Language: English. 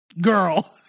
girl